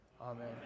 Amen